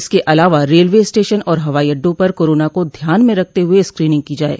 इसके अलावा railway station और हवाई अड़डों पर कोरोना को ध्यान में रखते हुए स्क्रीनिंग की जाये